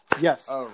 Yes